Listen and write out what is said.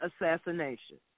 assassination